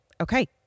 okay